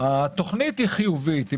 התוכנית היא חיובית,